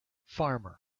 farmer